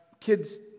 kids